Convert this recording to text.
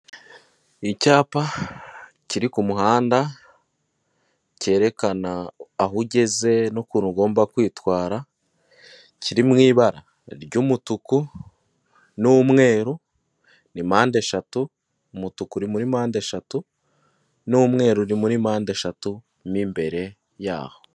Icyapa kiri ku muhanda cyerekana aho ugeze n'ukuntu ugomba kwitwara, kiri mu ibara ry'umutuku n'umweru ni mpande eshatu, umutuku uri muri mpande eshatu, n'umweru uri muri mpande eshatu n'imbere yaho.